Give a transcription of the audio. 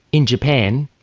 in japan,